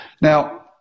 Now